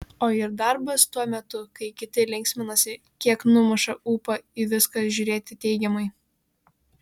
o ir darbas tuo metu kai kiti linksminasi kiek numuša ūpą į viską žiūrėti teigiamai